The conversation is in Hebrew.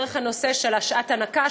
דרך הנושא של שעת הנקה,